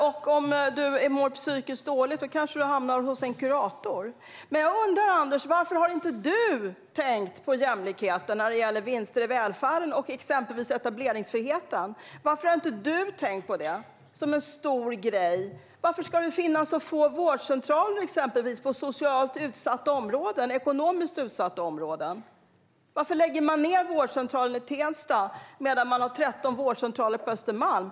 Om du mår psykiskt dåligt kanske du hamnar hos en kurator. Jag undrar varför inte du, Anders, har tänkt på jämlikheten när det gäller vinster i välfärden och exempelvis etableringsfriheten? Varför har inte du tänkt på det som en stor grej? Varför ska det exempelvis finnas så få vårdcentraler i socialt och ekonomiskt utsatta områden? Varför lägger man ned vårdcentralen i Tensta medan man har 13 vårdcentraler på Östermalm?